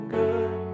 good